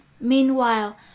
Meanwhile